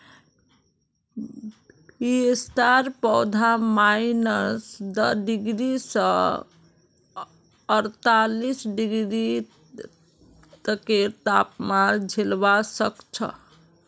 पिस्तार पौधा माइनस दस डिग्री स अड़तालीस डिग्री तकेर तापमान झेलवा सख छ